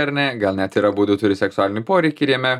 ar ne gal net ir abudu turi seksualinių poreikių ir jame